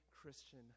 Christian